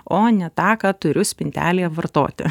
o ne tą ką turiu spintelėje vartoti